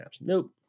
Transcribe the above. Nope